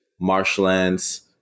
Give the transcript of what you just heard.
marshlands